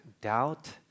doubt